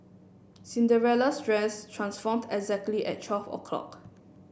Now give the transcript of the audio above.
Cinderella's dress transformed exactly at twelve o'clock